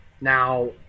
now